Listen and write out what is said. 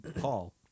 Paul